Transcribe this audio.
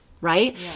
Right